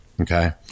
okay